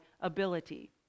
ability